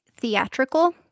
theatrical